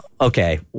Okay